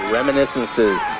Reminiscences